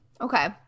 Okay